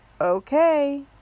okay